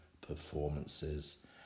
performances